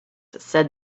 said